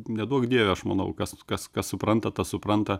neduok dieve aš manau kas kas kas supranta tas supranta